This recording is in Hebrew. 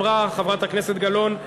חברת הכנסת גלאון,